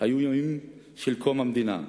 היו ימים של קום המדינה,